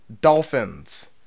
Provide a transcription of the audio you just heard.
Dolphins